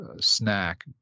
snack